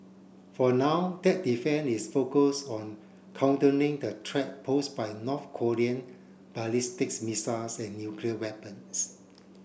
for now that defence is focus on countering the threat pose by North Korean ballistics missiles and nuclear weapons